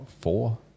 four